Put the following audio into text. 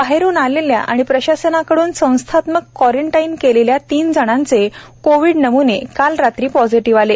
बाहेरून आलेल्या आणि प्रशासनाकडून संस्थात्मक क्वारंटाइन केलेल्या तीन जणांचे कोविड नम्ने काल रात्री पॉझिटीव्ह आले